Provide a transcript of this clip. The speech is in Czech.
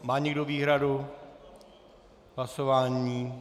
Má někdo výhradu k hlasování?